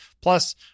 Plus